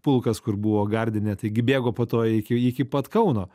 pulkas kur buvo gardine taigi bėgo po to iki iki pat kauno